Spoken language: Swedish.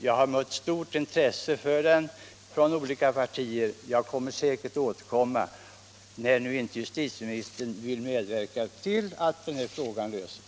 Jag har mött stort intresse för den från olika partier, och jag återkommer alltså när nu inte justitieministern vill medverka till att frågan löses.